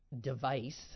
device